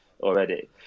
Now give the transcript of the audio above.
already